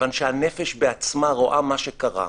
כיוון שהנפש בעצמה רואה מה שקרה,